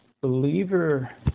Believer